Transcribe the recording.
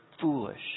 foolish